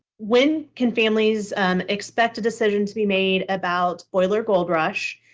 when can families expect a decision to be made about boiler gold rush?